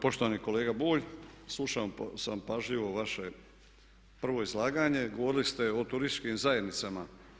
Poštovani kolega Bulj, slušao sam pažljivo vaše prvo izlaganje, govorili ste o turističkim zajednicama.